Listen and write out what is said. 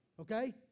Okay